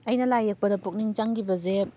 ꯑꯩꯅ ꯂꯥꯏ ꯌꯦꯛꯄꯗ ꯄꯨꯛꯅꯤꯡ ꯆꯪꯒꯤꯕꯁꯦ